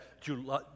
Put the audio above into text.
July